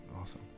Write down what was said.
awesome